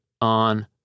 on